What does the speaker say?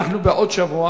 בעוד שבוע